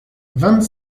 vingt